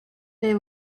they